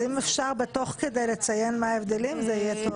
אז אם אפשר תוך כדי לציין מה ההבדלים זה יהיה טוב.